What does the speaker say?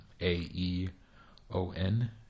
A-E-O-N